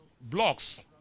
blocks